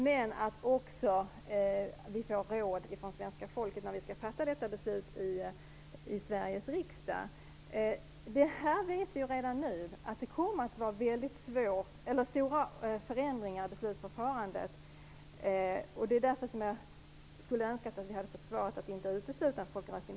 Men det är också viktigt att vi får råd från svenska folket när vi skall fatta detta beslut i Vi vet redan nu att det kommer stora förändringar i beslutsförfarandet. Det är därför som jag skulle ha önskat att vi hade fått svaret att en folkomröstning inte kan uteslutas.